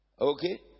Okay